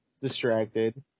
distracted